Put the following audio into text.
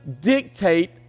dictate